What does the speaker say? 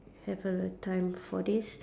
have a time for this